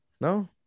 No